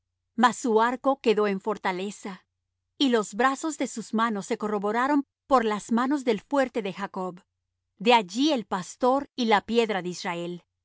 mas su arco quedó en fortaleza y los brazos de sus manos se corroboraron por las manos del fuerte de jacob de allí el pastor y la piedra de israel del dios de tu padre el cual te ayudará y